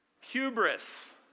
Hubris